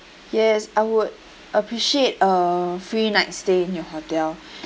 yes I would appreciate a free night stay in your hotel